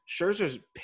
Scherzer's